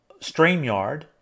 StreamYard